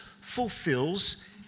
fulfills